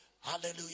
Hallelujah